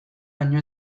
baino